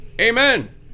Amen